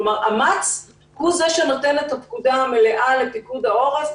כלומר ה-must הוא שנותן את הפקודה המלאה לפיקוד העורף,